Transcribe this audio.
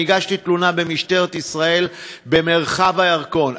אני הגשתי תלונה במשטרת ישראל במרחב הירקון.